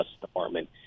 Department